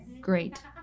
Great